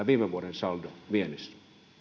viime vuoden saldo viennissä